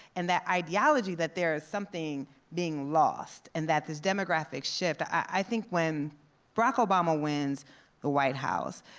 and that ideology that there is something being lost, and that this demographic shift, i think when barack obama wins the white house,